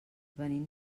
venim